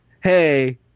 hey